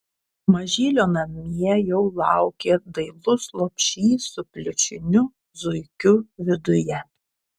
mažylio namie jau laukia dailus lopšys su pliušiniu zuikiu viduje